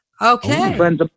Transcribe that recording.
okay